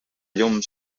llum